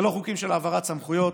אלה לא חוקים של העברת סמכויות,